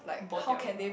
brought their way